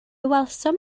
welsom